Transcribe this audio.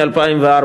מ-2004: